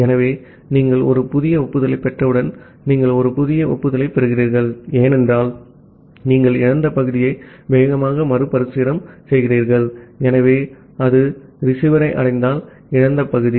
ஆகவே நீங்கள் ஒரு புதிய ஒப்புதலைப் பெற்றவுடன் நீங்கள் ஒரு புதிய ஒப்புதலைப் பெறுகிறீர்கள் ஏனென்றால் நீங்கள் இழந்த பகுதியை வேகமாக மறுபிரசுரம் செய்துள்ளீர்கள் ஆகவே அது ரிசீவரை அடைந்தால் இழந்த பகுதி